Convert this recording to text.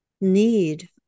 need